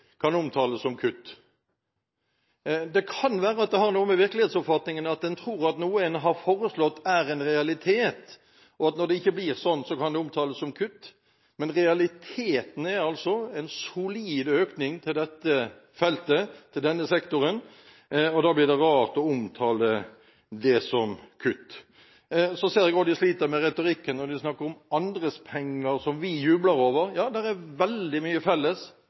kan omtales som kutt. Det kan være at det har noe med virkelighetsoppfatningen å gjøre, at en tror noe en har foreslått, er en realitet, og at når det ikke blir sånn, kan det omtales som kutt. Men realiteten er altså en solid økning til dette feltet og denne sektoren, og da blir det rart å omtale det som kutt. Så ser jeg også at de sliter med retorikken når de snakker om andres penger som vi jubler over. Ja, det er veldig mye felles,